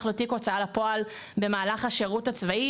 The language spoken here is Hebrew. לו תיק הוצאה לפועל במהלך השירות הצבאי,